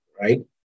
right